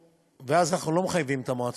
ואז אנחנו לא מחייבים את המועצות.